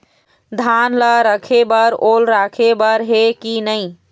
धान ला रखे बर ओल राखे बर हे कि नई?